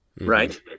right